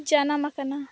ᱡᱟᱱᱟᱢ ᱠᱟᱱᱟ